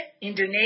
Indonesia